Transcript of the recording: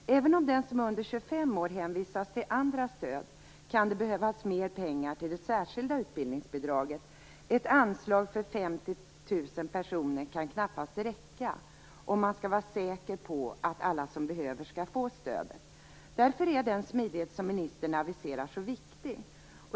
Även om den som är under 25 år hänvisas till andra stöd, kan det behövas mer pengar till det särskilda utbildningsbidraget. Ett anslag för 50 000 personer kan knappast räcka om man skall vara säker på att alla som behöver skall få stödet. Därför är den smidighet som ministern aviserar så viktig.